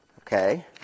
Okay